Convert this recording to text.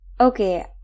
Okay